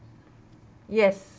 yes